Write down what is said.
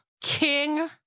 king